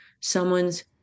someone's